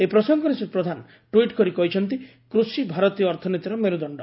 ଏହି ପ୍ରସଙ୍ଗରେ ଶ୍ରୀ ପ୍ରଧାନ ଟିଟ୍ କରି କହିଛନ୍ତି କୃଷି ଭାରତୀୟ ଅର୍ଥନୀତିର ମେରୁଦଣ୍ତ